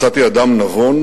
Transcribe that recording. מצאתי אדם נבון,